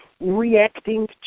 reacting